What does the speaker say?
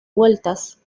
vueltas